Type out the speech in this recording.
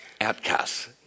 outcasts